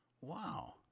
Wow